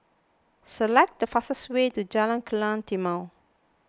select the fastest way to Jalan Kilang Timor